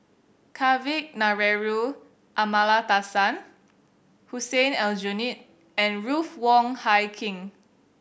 Kavignareru Amallathasan Hussein Aljunied and Ruth Wong Hie King